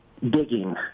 digging